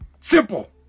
Simple